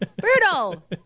brutal